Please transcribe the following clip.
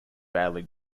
badly